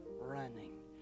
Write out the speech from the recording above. running